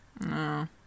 No